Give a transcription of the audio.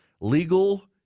Legal